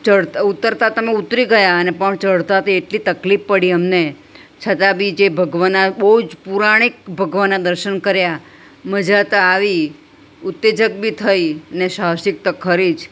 ચડ ઉતરતા તો તમે ઉતરી ગયા પણ ચડતા તો એટલી તકલીફ પડી અમને છતાં બી જે ભગવાનના બહુ જ પુરાનીક ભગવાનના દર્શન કર્યા મજા તો આવી ઉત્તેજક બી થઈ અને સાહસિક તો ખરી જ